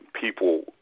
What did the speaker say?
People